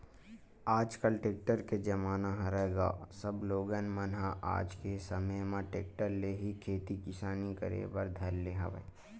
आजकल टेक्टर के जमाना हरय गा सब लोगन मन ह आज के समे म टेक्टर ले ही खेती किसानी करे बर धर ले हवय